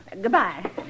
Goodbye